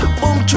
boom